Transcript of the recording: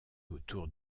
autour